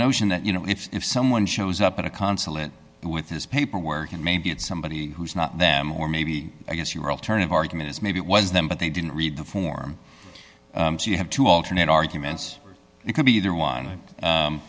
notion that you know if someone shows up at a consulate with this paperwork and maybe it's somebody who's not them or maybe i guess your alternative argument is maybe it was them but they didn't read the form you have to alternate arguments it could be either one